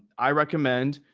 i recommend,